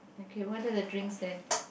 okay what are the drinks there